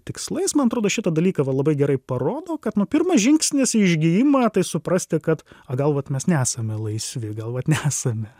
tikslais man atrodo šitą dalyką va labai gerai parodo kad nu pirmas žingsnis į išgijimą tai suprasti kad a gal vat mes nesame laisvi gal vat nesame